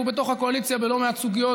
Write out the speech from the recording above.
והיו בתוך הקואליציה לא מעט סוגיות